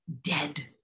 dead